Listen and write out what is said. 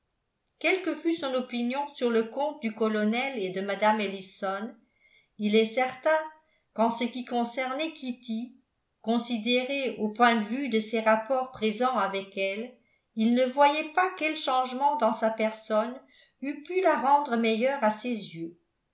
que fût son opinion sur le compte du colonel et de mme ellison il est certain qu'en ce qui concernait kitty considérée au point de vue de ses rapports présents avec elle il ne voyait pas quel changement dans sa personne eût pu la rendre meilleure à ses yeux